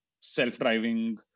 self-driving